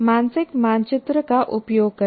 मानसिक मानचित्र का उपयोग करके